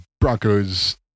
Broncos